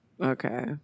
Okay